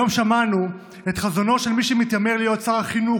היום שמענו את חזונו של מי שמתיימר להיות שר החינוך,